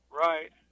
Right